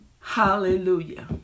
Hallelujah